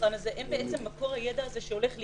השולחן הזה הם מקור הידע הזה שהולך לאיבוד.